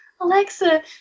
Alexa